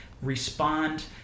respond